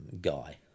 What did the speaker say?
guy